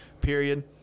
period